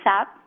up